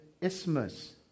isthmus